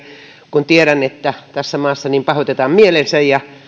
kun tiedän että tässä maassa niin pahoitetaan mieli ja